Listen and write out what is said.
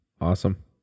Awesome